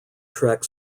trek